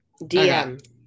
DM